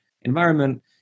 environment